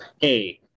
hey